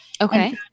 Okay